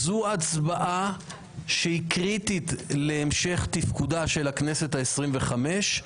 זו הצבעה שהיא קריטית להמשך תפקודה של הכנסת העשרים וחמש.